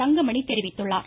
தங்கமணி தெரிவித்துள்ளார்